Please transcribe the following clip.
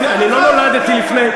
לא נולדתי לפני,